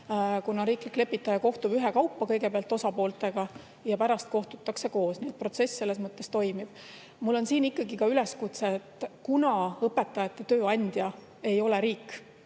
kuna riiklik lepitaja kohtub kõigepealt osapooltega ühekaupa ja pärast kohtutakse koos, nii et protsess selles mõttes toimub. Mul on siin ikkagi ka üleskutse, et kuna õpetajate tööandja ei ole riik,